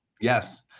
Yes